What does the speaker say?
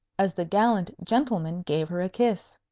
as the gallant gentleman gave her a kiss.